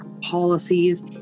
policies